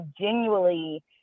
genuinely